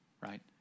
right